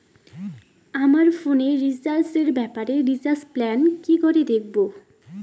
আমার ফোনে রিচার্জ এর ব্যাপারে রিচার্জ প্ল্যান কি করে দেখবো?